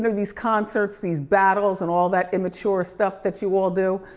these concerts, these battles and all that immature stuff that you all do.